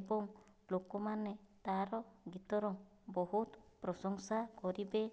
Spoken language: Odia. ଏବଂ ଲୋକମାନେ ତା'ର ଗୀତର ବହୁତ ପ୍ରଶଂସା କରିବେ